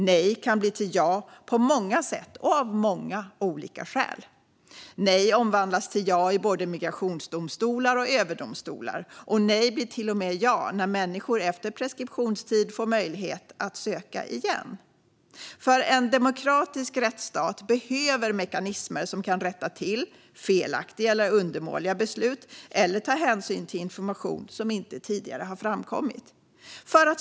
Nej kan bli till ja på många sätt och av många olika skäl. Nej omvandlas till ja i både migrationsdomstolar och överdomstolar. Nej blir till och med till ja när människor efter preskriptionstiden får möjlighet att söka igen. En demokratisk rättsstat behöver mekanismer som kan rätta till felaktiga eller undermåliga beslut eller ta hänsyn till information som inte tidigare framkommit.